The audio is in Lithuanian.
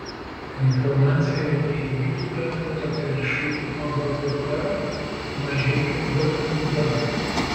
informacija apie įvykį perduota telšių avpk mažeikių gmp